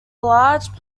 large